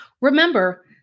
remember